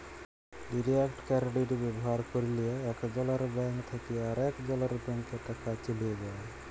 direct credit ব্যাভার ক্যরলে একজলের ব্যাংক থ্যাকে আরেকজলের ব্যাংকে টাকা চ্যলে যায়